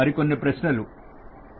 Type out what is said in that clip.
మరి కొన్ని ప్రశ్నలు